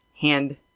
hand